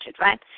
right